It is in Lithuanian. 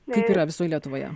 kaip yra visoj lietuvoje